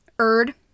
Erd